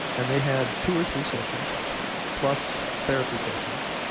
and they had two or three sessions plus therapy sessions,